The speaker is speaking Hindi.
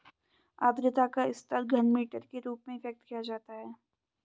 आद्रता का स्तर घनमीटर के रूप में व्यक्त किया जाता है